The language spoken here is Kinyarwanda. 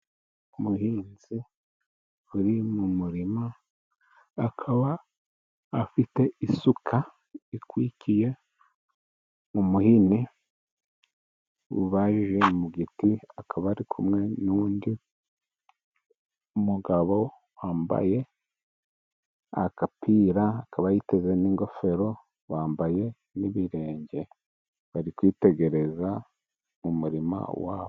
Umuhinzi uri mu murima, akaba afite isuka ikwikiye mu muhini ubajije mu giti, akaba ari kumwe n'undi mugabo wambaye akapira, akaba yiteze n'ingofero, bambaye n'ibirenge. Bari kwitegereza mu murima wa bo.